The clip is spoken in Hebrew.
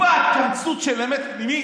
אין לכם טיפה, קמצוץ, של אמת פנימית?